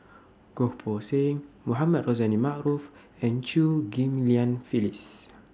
Goh Poh Seng Mohamed Rozani Maarof and Chew Ghim Lian Phyllis